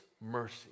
mercy